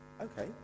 Okay